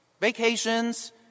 Vacations